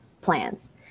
plans